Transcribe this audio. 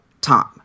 time